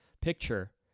picture